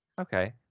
Okay